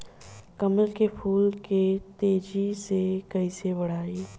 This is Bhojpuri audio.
कमल के फूल के तेजी से कइसे बढ़ाई?